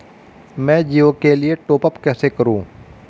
मैं जिओ के लिए टॉप अप कैसे करूँ?